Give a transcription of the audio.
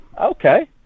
okay